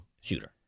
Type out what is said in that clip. shooter